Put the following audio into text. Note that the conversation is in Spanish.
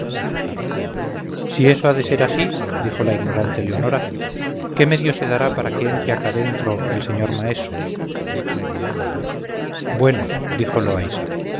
si eso ha de ser así dijo la ignorante leonora qué medio se dará para que entre acá dentro el señor maeso bueno dijo loaysa